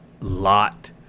lot